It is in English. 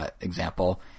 example